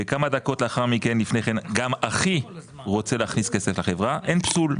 וכמה דקות לאחר מכן לפני כן גם אחי רוצה להכניס כסף לחברה אין פסול,